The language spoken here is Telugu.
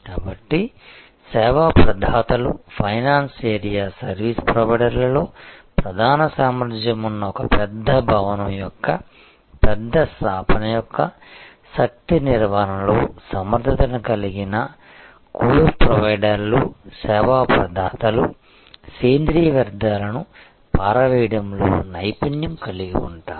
కాబట్టి సేవా ప్రదాతలు ఫైనాన్స్ ఏరియా సర్వీసు ప్రొవైడర్లలో ప్రధాన సామర్థ్యం ఉన్న ఒక పెద్ద భవనం యొక్క పెద్ద స్థాపన యొక్క శక్తి నిర్వహణలో సమర్థత కలిగిన కోర్ ప్రొవైడర్లు సేవా ప్రదాతలు సేంద్రీయ వ్యర్థాలను పారవేయడంలో నైపుణ్యం కలిగి ఉంటారు